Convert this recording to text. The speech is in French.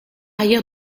ailleurs